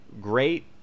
great